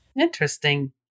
Interesting